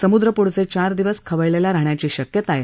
समुद्र पुढचे चार दिवस खवळलेला राहण्याची शक्यता आहे